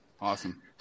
awesome